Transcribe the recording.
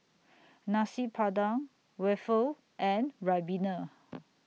Nasi Padang Waffle and Ribena